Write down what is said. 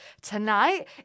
tonight